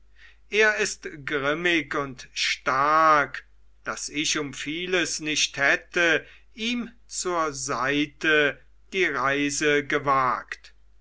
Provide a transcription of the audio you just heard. er ist grimmig und stark daß ich um vieles nicht hätte ihm zur seite die reise gewagt